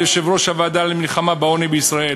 ליושב-ראש הוועדה למלחמה בעוני בישראל